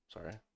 Sorry